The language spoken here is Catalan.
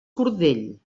cordell